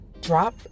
drop